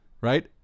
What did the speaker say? right